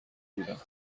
بودم